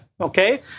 okay